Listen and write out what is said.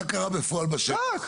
פקק.